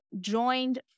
joined